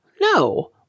No